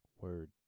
Word